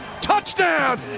touchdown